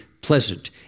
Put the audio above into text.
pleasant